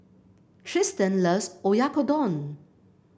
Trystan loves Oyakodon